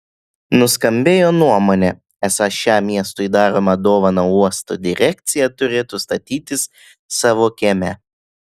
nuskambėjo nuomonė esą šią miestui daromą dovaną uosto direkcija turėtų statytis savo kieme